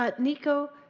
but nikko,